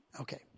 Okay